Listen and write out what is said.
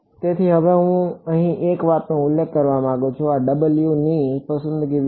તેથી હવે હું અહીં એક વાતનો ઉલ્લેખ કરવા માંગુ છું આ W ની પસંદગી વિશે